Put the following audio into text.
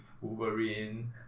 Wolverine